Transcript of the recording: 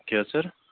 کیٛاہ سَر